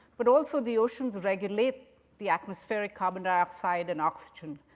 but also, the oceans regulate the atmospheric carbon dioxide and oxygen.